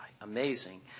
Amazing